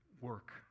work